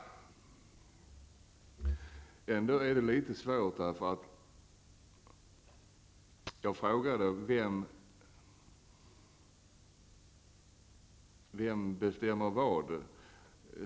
Jag frågade: Vem bestämmer vad?